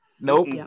Nope